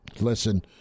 listen